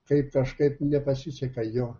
kaip kažkaip nepasiseka jo